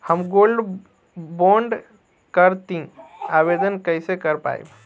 हम gold bond करतिं आवेदन कइसे कर पाइब?